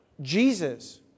Jesus